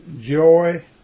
joy